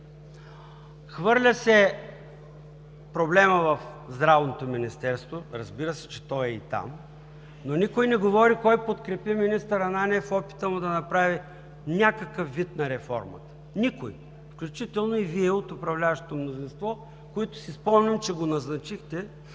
Хвърля се проблемът в Здравното министерство, разбира се, че той е и там, но никой не говори кой подкрепи министър Ананиев в опита му да направи някакъв вид на реформата. Никой! Включително и Вие от управляващото мнозинство, които си спомням, че го назначихте,